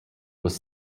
was